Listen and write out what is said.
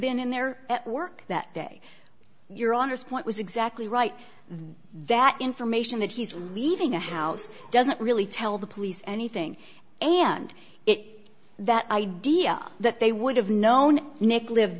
been in there at work that day your honor's point was exactly right that information that he's leaving the house doesn't really tell the police anything and it that idea that they would have known nick live